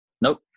Nope